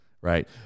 Right